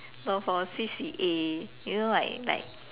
no for C_C_A you know like like